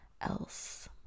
else